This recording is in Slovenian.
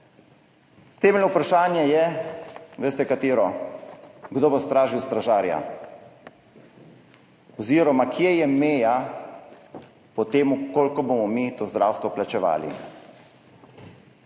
Temeljno vprašanje je, veste, katero? Kdo bo stražil stražarja oziroma kje je meja pri tem, koliko bomo mi to zdravstvo plačevali?